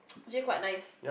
actually quite nice